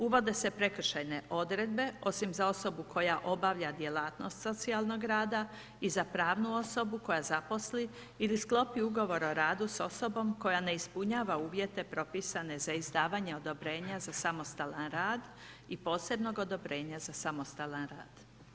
Uvode se prekršajne odredbe osim za osobu koja obavlja djelatnost socijalnog rada i za pravnu osobu koja zaposli ili sklopi ugovor o radu sa osobom koja ne ispunjava uvjete propisane za izdavanje odobrenja za samostalan rad i posebnog odobrenja za samostalan rad.